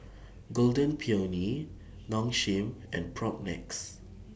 Golden Peony Nong Shim and Propnex